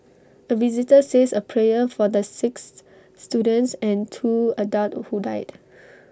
A visitor says A prayer for the six students and two adults who died